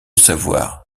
savoir